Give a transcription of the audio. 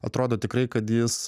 atrodo tikrai kad jis